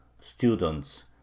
students